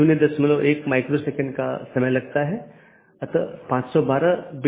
यहाँ N1 R1 AS1 N2 R2 AS2 एक मार्ग है इत्यादि